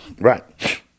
Right